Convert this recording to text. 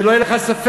שלא יהיה לך ספק,